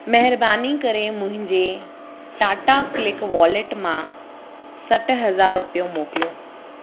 महिरबानी करे मुंहिंजे टाटा क्लिक वॉलेट मां सठि हज़ार रुपिया मोकिलियो